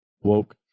woke